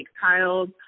tiles